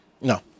No